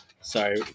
Sorry